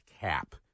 cap